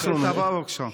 השאילתה הבאה, בבקשה.